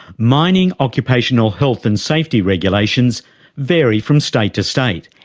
mining occupational health and safety regulations vary from state to state,